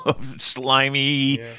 slimy